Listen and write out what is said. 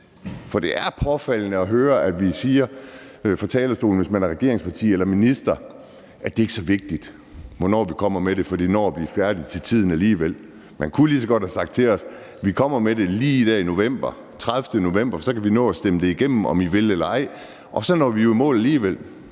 For det er påfaldende at høre, at man fra talerstolen, hvis man er fra et regeringsparti eller er minister, siger, at det ikke er så vigtigt, hvornår man kommer med det, for det når at blive færdigt til tiden alligevel. Man kunne lige så godt have sagt til os: Vi kommer med det lige der i november, den 30. november, for så kan vi nå at stemme det igennem, om I vil eller ej, og så når vi jo i mål alligevel.